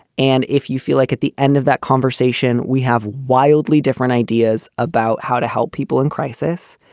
and if you feel like at the end of that conversation, we have wildly different ideas about how to help people in crisis.